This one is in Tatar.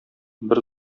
бер